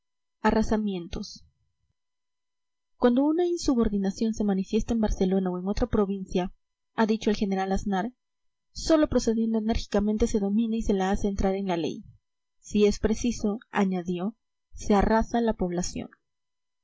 x arrasamientos cuando una insubordinación se manifiesta en barcelona o en otra provincia ha dicho el general aznar sólo procediendo enérgicamente se domina y se la hace entrar en la ley si es preciso añadió se arrasa la población